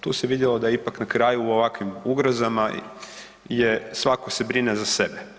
Tu se vidjelo da ipak na kraju u ovakvim ugrozama je svako se brine za sebe.